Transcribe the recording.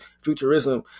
futurism